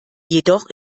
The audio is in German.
jedoch